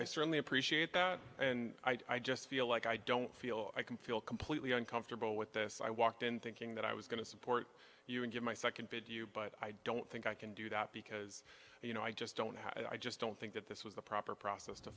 i certainly appreciate that and i just feel like i don't feel i can feel completely uncomfortable with this i walked in thinking that i was going to support you and get my second bid you but i don't think i can do that because you know i just don't have i just don't think that this was the proper process to